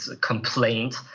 complaint